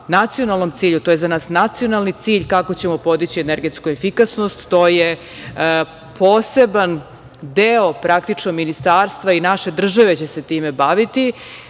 nacionalnom cilju. To je za nas nacionalni cilj kako ćemo podići energetsku efikasnost. To je poseban deo ministarstva i naša država će se time baviti.